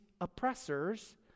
oppressors